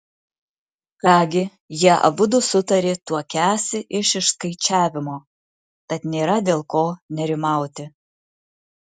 ką gi jie abudu sutarė tuokiąsi iš išskaičiavimo tad nėra dėl ko nerimauti